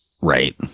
Right